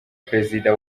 perezida